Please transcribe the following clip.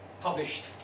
published